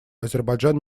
азербайджан